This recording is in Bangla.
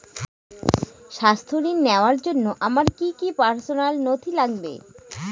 স্বাস্থ্য ঋণ নেওয়ার জন্য আমার কি কি পার্সোনাল নথি লাগবে?